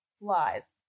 lies